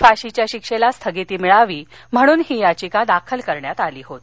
फाशीच्या शिक्षेला स्थगिती मिळावी म्हणून ही याचिका दाखल करण्यात आली होती